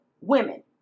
Women